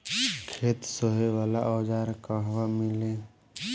खेत सोहे वाला औज़ार कहवा मिली?